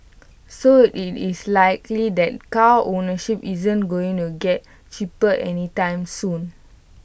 so IT is likely that car ownership isn't going to get cheaper anytime soon